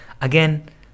Again